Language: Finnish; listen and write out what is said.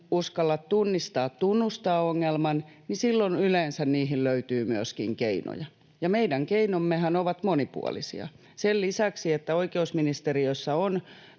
uskaltaa tunnistaa ja tunnustaa ongelman, niin silloin yleensä niihin löytyy myöskin keinoja, ja meidän keinommehan ovat monipuolisia. Sen lisäksi, että oikeusministeriössä on